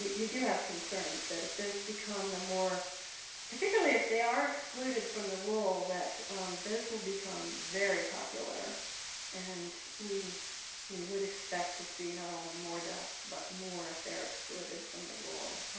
we we do have concerns that if those become the more particularly if they are excluded from the rule that those will become very popular and we we would expect to see not only more deaths but more if they are excluded from the rule.